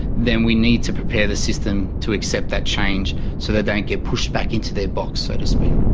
then we need to prepare the system to accept that change so they don't get pushed back into their box, so to speak.